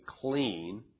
clean